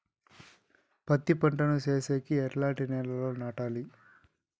పత్తి పంట ను సేసేకి ఎట్లాంటి నేలలో నాటాలి?